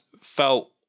felt